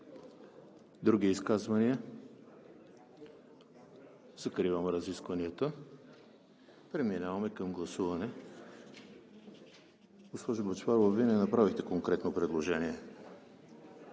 Други изказвания? Закривам разискванията. Преминаваме към гласуване. Госпожо Бъчварова, Вие не направихте конкретно предложение.